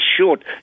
short